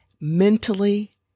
mentally